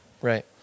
right